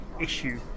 issue